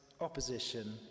opposition